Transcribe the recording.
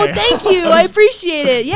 but thank you. i appreciate it. yeah